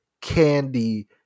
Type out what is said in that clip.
candy